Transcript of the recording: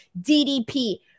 DDP